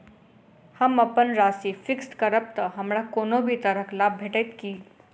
हम अप्पन राशि फिक्स्ड करब तऽ हमरा कोनो भी तरहक लाभ भेटत की?